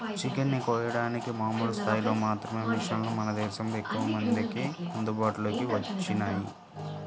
chicken ని కోయడానికి మామూలు స్థాయిలో మాత్రమే మిషన్లు మన దేశంలో ఎక్కువమందికి అందుబాటులోకి వచ్చినియ్యి